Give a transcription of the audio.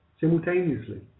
simultaneously